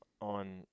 on